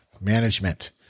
management